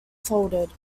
folded